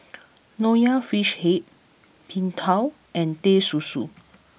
Nonya Fish Head Png Tao and Teh Susu